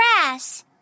grass